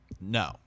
No